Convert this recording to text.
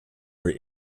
were